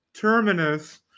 Terminus